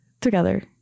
together